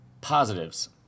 positives